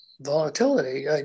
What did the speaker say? volatility